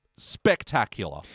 spectacular